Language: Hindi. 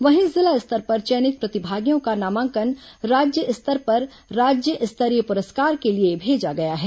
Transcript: वहीं जिला स्तर पर चयनित प्रतिभागियों का नामांकन राज्य स्तर पर राज्य स्तरीय पुरस्कार के लिए भेजा गया है